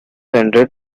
ended